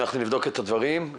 אנחנו נבדוק את הדברים.